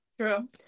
True